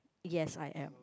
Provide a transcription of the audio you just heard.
yes I am